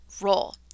role